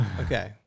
Okay